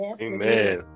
amen